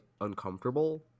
uncomfortable